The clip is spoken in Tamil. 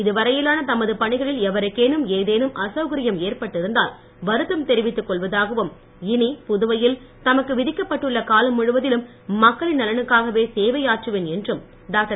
இதுவரையிலான தமது பணிகளால் எவருக்கேனும் ஏதேனும் அசவுகாரியம் ஏற்பட்டு இருந்தால் வருத்தம் தெரிவித்து கொள்வதாகவும் இனி புதுவையில் தமக்கு விதிக்கப்பட்டுள்ள காலம் முழுவதிலும் மக்களின் நலனுக்காகவே சேவை ஆற்றுவேன் என்றும் டாக்டர்